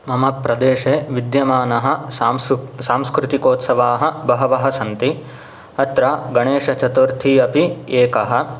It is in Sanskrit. मम प्रदेशे विद्यमानः सांस्क् सांस्कृतिकोत्सवाः बहवः सन्ति अत्र गणेशचतुर्थी अपि एकः